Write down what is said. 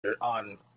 on